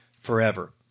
forever